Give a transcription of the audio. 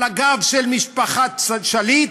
על הגב של משפחת שליט?